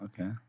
Okay